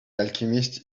alchemist